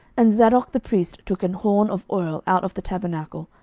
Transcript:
and zadok the priest took an horn of oil out of the tabernacle,